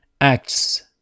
acts